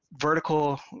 vertical